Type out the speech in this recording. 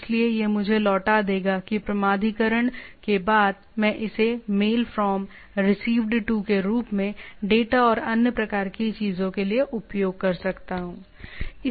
इसलिए यह मुझे लौटा देगा कि प्रमाणीकरण के बाद मैं इसे मेल फ्रॉम रिसीव्ड टू के रूप में डेटा और अन्य प्रकार की चीजों के लिए उपयोग कर सकता हूं